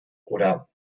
oder